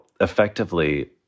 effectively